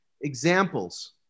examples